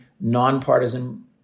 nonpartisan